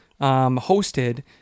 hosted